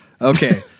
Okay